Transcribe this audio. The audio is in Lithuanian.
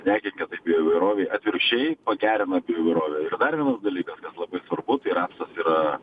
nekenkia tai bioįvairovei atvirkščiai pagerina bioįvairovę ir dar vienas dalykas kas labai svarbu tai rapsas yra